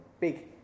big